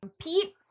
pete